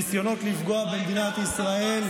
ניסיונות לפגוע במדינת ישראל,